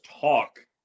talk